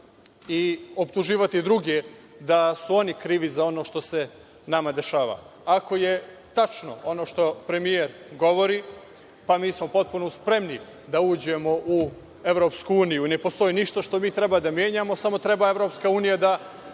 i optuživati druge da su oni krivi za ono što se nama dešava. Ako je tačno ono što premijer govori, mi smo potpuno spremni da uđemo u EU, ne postoji ništa što mi treba da menjamo, samo treba EU da